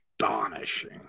astonishing